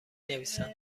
نویسم